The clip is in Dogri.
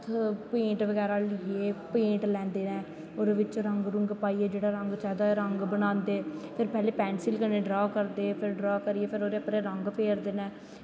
हत्थ पेंट बगैरा लेईयै पेंट लैंदे नै ओह्दै बिच्च रंग रुंग जेह्ड़ा रंग चाही दा ऐ ओह् रंग बनांदे नै और पैह्लैं पैसिल कन्नै ड्रा करदे फिर ड्रा करियै उप्परैं रंग फेरदे नै